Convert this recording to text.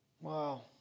wow